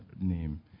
name